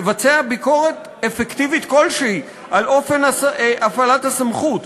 לבצע ביקורת אפקטיבית כלשהי על אופן הפעלת הסמכות.